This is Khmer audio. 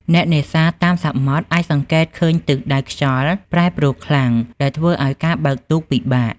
អ្នកនេសាទតាមសមុទ្រអាចសង្កេតឃើញទិសដៅខ្យល់ប្រែប្រួលខ្លាំង ដែលធ្វើឱ្យការបើកទូកពិបាក។